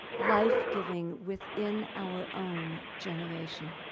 life-giving within our own generation.